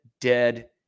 dead